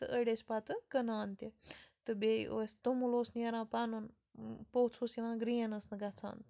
تہٕ أڑۍ ٲسۍ پَتہٕ کٕنان تہِ تہٕ بیٚیہِ ٲسۍ توٚمُل اوس نیران پَنُن پوٚژھ اوس یِوان گرین ٲس نہٕ گژھان